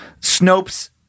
Snopes